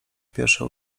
pierwsze